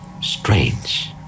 Strange